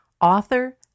author